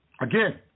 Again